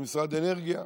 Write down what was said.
במשרד האנרגיה.